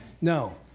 No